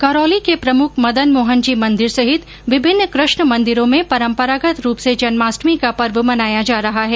करौली के प्रमुख मदन मोहन जी मंदिर सहित विभिन्न कृष्ण मंदिरों में परम्परागत रूप से जन्माष्टमी का पर्व मनाया जा रहा है